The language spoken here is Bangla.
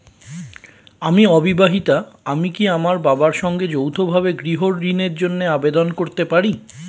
আমি অবিবাহিতা আমি কি আমার বাবার সঙ্গে যৌথভাবে গৃহ ঋণের জন্য আবেদন করতে পারি?